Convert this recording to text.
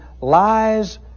Lies